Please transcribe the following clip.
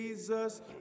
Jesus